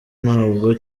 ntabwo